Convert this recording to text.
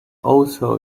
also